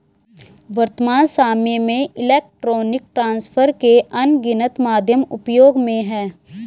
वर्त्तमान सामय में इलेक्ट्रॉनिक ट्रांसफर के अनगिनत माध्यम उपयोग में हैं